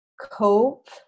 cope